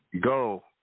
go